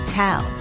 tell